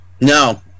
No